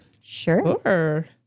Sure